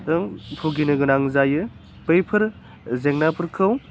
जों भुगिनो गोनां जायो बैफोर जेंनाफोरखौ